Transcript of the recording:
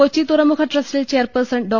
കൊച്ചി തുറമുഖ ട്രസ്റ്റിൽ chairperson ഡോ